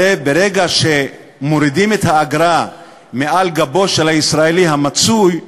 הרי ברגע שמורידים את האגרה מעל גבו של הישראלי המצוי,